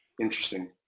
Interesting